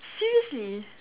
seriously